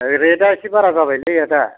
रेथआ एसे बारा जाबायलै आदा